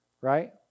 Right